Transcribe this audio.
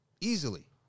easily